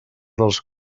dels